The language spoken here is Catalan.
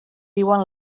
diuen